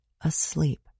asleep